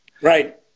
Right